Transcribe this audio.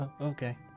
Okay